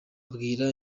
abwira